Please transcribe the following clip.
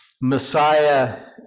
Messiah